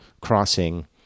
crossing